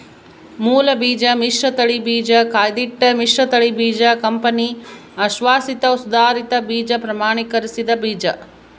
ಮೂಲಬೀಜ ಮಿಶ್ರತಳಿ ಬೀಜ ಕಾಯ್ದಿಟ್ಟ ಮಿಶ್ರತಳಿ ಬೀಜ ಕಂಪನಿ ಅಶ್ವಾಸಿತ ಸುಧಾರಿತ ಬೀಜ ಪ್ರಮಾಣೀಕರಿಸಿದ ಬೀಜ